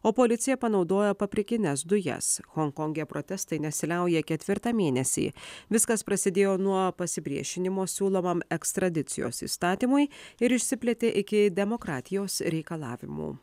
o policija panaudojo paprikines dujas honkonge protestai nesiliauja ketvirtą mėnesį viskas prasidėjo nuo pasipriešinimo siūlomam ekstradicijos įstatymui ir išsiplėtė iki demokratijos reikalavimų